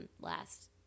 last